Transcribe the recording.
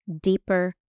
deeper